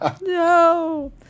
No